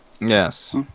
Yes